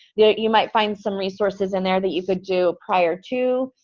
yeah you might find some resources in there that you could do prior to,